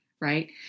right